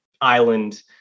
island